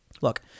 Look